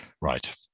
Right